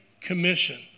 commission